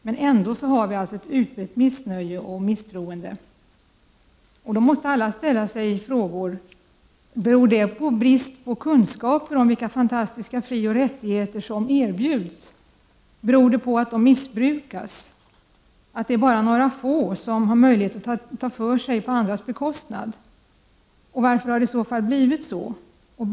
Men ändå finns det alltså ett utbrett missnöje och misstroende. Då måste alla fråga sig: Beror det på brist på kunskaper om vilka fantastiska frioch rättigheter som erbjuds? Beror det på att de missbrukas — att det bara är några få som har möjlighet att ta för sig på andras beskostnad? Och varför har det i så fall blivit på det sättet?